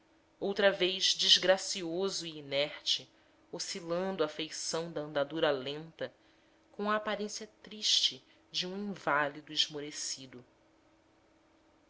outra vez desgracioso e inerte oscilando à feição da andadura lenta com a aparência triste de um inválido esmorecido